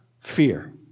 fear